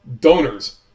donors